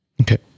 Okay